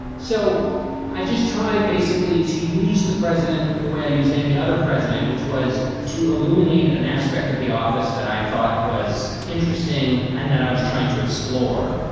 so i just tried basically to use the president the way i used any other president, which was to illuminate an aspect of the office that i thought was interesting and that i was trying to explore.